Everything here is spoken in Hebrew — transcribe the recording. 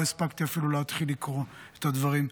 אפילו לא הספקתי להתחיל לקרוא את הדברים,